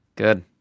Good